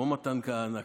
כמו מתן כהנא,